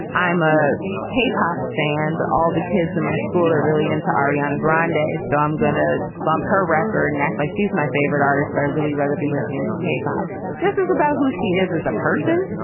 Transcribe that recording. i'm ah a k-pop stand, but all the kids in my school are really into ariana grande day. so i'm going to bump her record and act like she's my favorite artist. but i'd really rather be listening to k-pop. this is about who she is as a person.